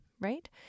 right